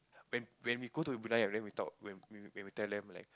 when when we go to Brunei ah then we talk when we would we would tell them like